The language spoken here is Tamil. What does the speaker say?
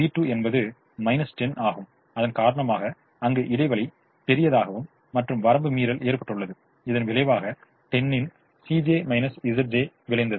v2 என்பது 10 ஆகும் அதன்காரணமாக அங்கு இடைவெளி பெரியதாகவும் மற்றும் வரம்பு மீறல் ஏற்பட்டுள்ளது இதன் விளைவாக 10 இன் விளைந்தது